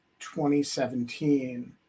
2017